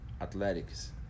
athletics